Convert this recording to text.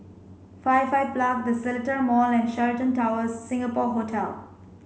Firefly The Seletar Mall and Sheraton Towers Singapore Hotel